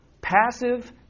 Passive